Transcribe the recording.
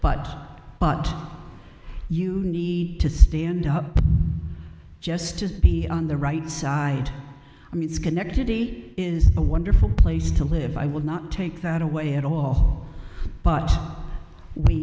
but but you need to stand up just to be on the right side i mean schenectady is a wonderful place to live i will not take that away at all but we